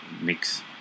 mix